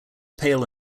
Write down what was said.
pale